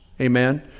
Amen